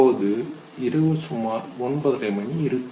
அப்போது இரவு சுமார் ஒன்பதரை மணி இருக்கும்